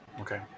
Okay